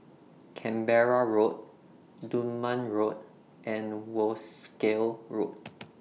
Canberra Road Dunman Road and Wolskel Road